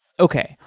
okay.